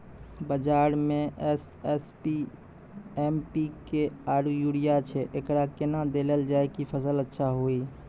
बाजार मे SSP, NPK आरु यूरिया छैय, एकरा कैना देलल जाय कि फसल अच्छा हुये?